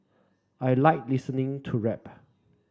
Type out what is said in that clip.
I like listening to rap